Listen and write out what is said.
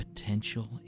Potential